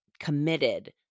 committed